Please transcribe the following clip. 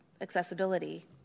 accessibility